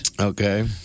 Okay